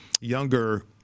younger